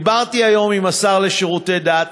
דיברתי היום עם השר לשירותי דת,